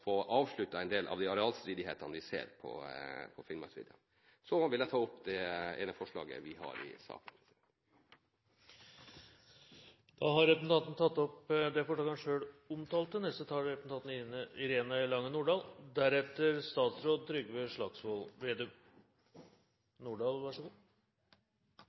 få avsluttet en del av arealstridighetene på Finnmarksvidda. Så vil jeg ta opp det forslaget vi har i saken. Da har representanten Frank Bakke-Jensen tatt opp det forslaget han refererte til. Senterpartiet er